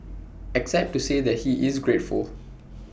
except to say that he is grateful